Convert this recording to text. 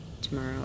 Tomorrow